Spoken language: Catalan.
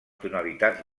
tonalitats